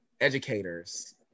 educators